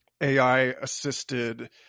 AI-assisted